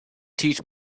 teach